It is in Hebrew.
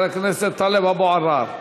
חבר הכנסת טלב אבו עראר.